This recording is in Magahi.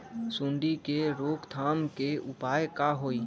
सूंडी के रोक थाम के उपाय का होई?